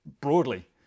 broadly